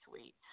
sweet